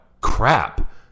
crap